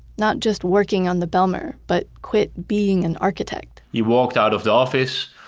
not just working on the bijlmer but quit being an architect he walked out of the office,